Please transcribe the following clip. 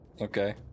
okay